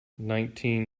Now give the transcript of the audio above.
nineteen